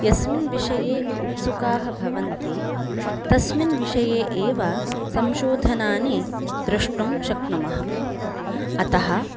यस्मिन् विषये उत्सुकाः भवन्ति तस्मिन् विषये एव संशोधनानि द्रष्टुं शक्नुमः अतः